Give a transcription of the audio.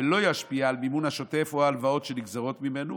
ולא ישפיע על המימון השוטף או ההלוואות שנגזרות ממנו,